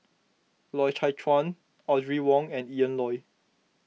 Loy Chye Chuan Audrey Wong and Ian Loy